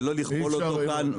ולא לכבול אותו כאן.